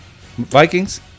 Vikings